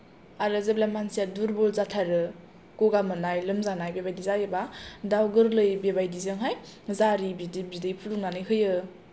आरो जेब्ला मानसिया दुरबल जाथारो गगा मोननाय लोमजानाय बेबादि जायोब्ला दाव गोरलै बेबादिजोंहाय जारि बिदि बिदै फुदुंनानै होयो